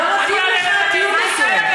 מר גפני, לא מתאים לך הטיעון הזה.